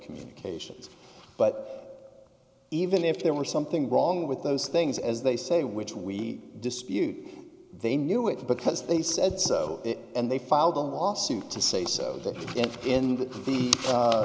communications but even if there was something wrong with those things as they say which we dispute they knew it because they said it and they filed a lawsuit to say so did it in the